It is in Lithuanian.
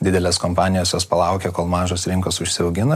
didelės kompanijos jos palaukia kol mažos rinkos užsiaugina